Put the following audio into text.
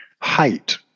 height